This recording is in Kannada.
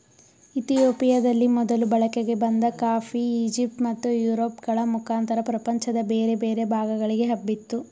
ಇತಿಯೋಪಿಯದಲ್ಲಿ ಮೊದಲು ಬಳಕೆಗೆ ಬಂದ ಕಾಫಿ ಈಜಿಪ್ಟ್ ಮತ್ತು ಯುರೋಪ್ ಗಳ ಮುಖಾಂತರ ಪ್ರಪಂಚದ ಬೇರೆ ಬೇರೆ ಭಾಗಗಳಿಗೆ ಹಬ್ಬಿತು